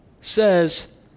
says